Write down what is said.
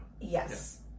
yes